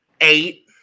eight